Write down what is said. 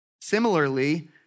Similarly